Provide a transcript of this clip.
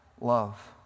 love